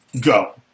go